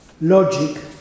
logic